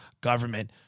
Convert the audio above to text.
government